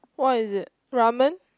what is it ramen